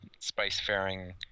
spacefaring